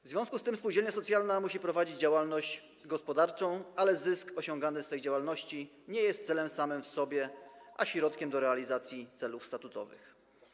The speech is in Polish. W związku z tym spółdzielnia socjalna musi prowadzić działalność gospodarczą, ale zysk osiągany z tej działalności nie jest celem samym w sobie, lecz środkiem do realizacji celów statutowych.